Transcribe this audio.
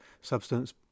substance